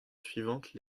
suivante